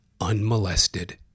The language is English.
unmolested